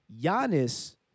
Giannis